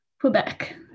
Quebec